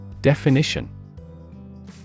Definition